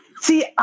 See